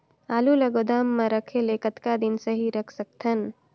आलू ल गोदाम म रखे ले कतका दिन सही रख सकथन?